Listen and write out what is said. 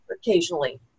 occasionally